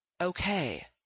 okay